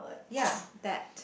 ya that